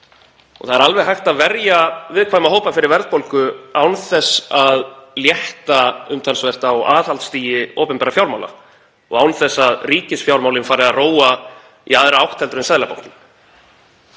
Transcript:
Það er alveg hægt að verja viðkvæma hópa fyrir verðbólgu án þess að létta umtalsvert á aðhaldsstigi opinberra fjármála og án þess að ríkisfjármálin fari að róa í aðra átt en Seðlabankinn.